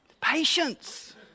Patience